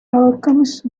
alchemist